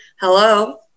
Hello